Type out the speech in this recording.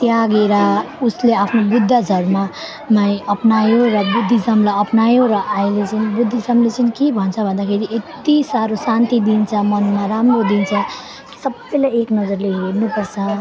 त्यागेर उसले आफ्नो बुद्ध धर्ममै अप्नायो र बुद्धिज्मलाई अप्नायो र अहिले चाहिँ बुद्धिज्मले चाहिँ के भन्छ भन्दाखेरि यत्ति साह्रो शान्ति दिन्छ मनमा राम्रो दिन्छ सबैलाई एक नजरले हेर्नुपर्छ